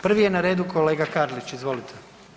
Prvi je na redu kolega Karlić, izvolite.